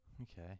Okay